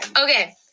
Okay